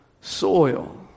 soil